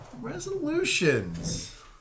Resolutions